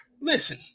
Listen